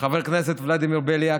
חבר כנסת ולדימיר בליאק,